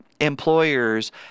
employers